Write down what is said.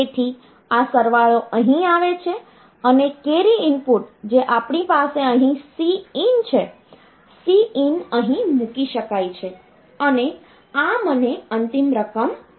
તેથી આ સરવાળો અહીં આવે છે અને કેરી ઇનપુટ જે આપણી પાસે અહી C ઈન છે C ઈન અહીં મૂકી શકાય છે અને આ મને અંતિમ રકમ આપે છે